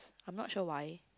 I'm not sure why